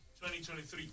2023